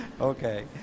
Okay